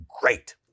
great